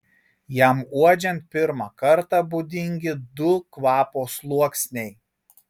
jam uodžiant pirmą kartą būdingi du kvapo sluoksniai